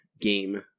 game